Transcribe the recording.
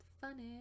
funny